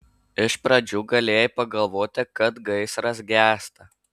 iš pradžių galėjai pagalvoti kad gaisras gęsta